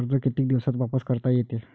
कर्ज कितीक दिवसात वापस करता येते?